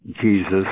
Jesus